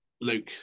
Luke